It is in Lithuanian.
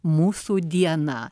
mūsų diena